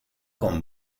con